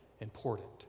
important